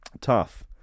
tough